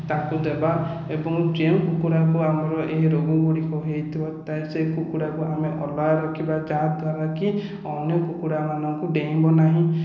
ତାକୁ ଦେବା ଏବଂ ଯେଉଁ କୁକୁଡ଼ାକୁ ଆମର ଏହି ରୋଗଗୁଡ଼ିକ ହୋଇଥିବ ତ ସେ କୁକୁଡ଼ାକୁ ଆମେ ଅଲଗା ରଖିବା ଯାହାଦ୍ବାରା କି ଅନ୍ୟକୁକୁଡାମାନଙ୍କୁ ଡେଇଁବ ନାହିଁ